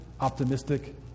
optimistic